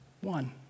one